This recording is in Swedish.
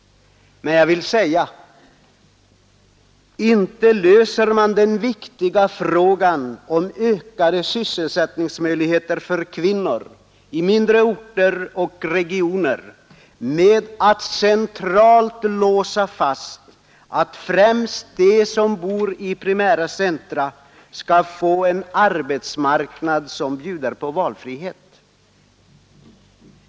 Men jag vill säga: Inte löser man den viktiga frågan om ökade sysselsättningsmöjligheter för kvinnor i mindre orter och regioner med att centralt låsa fast att främst de som bor i primära centra skall få en arbetsmarknad som bjuder på valfrihet.